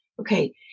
Okay